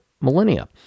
millennia